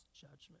judgment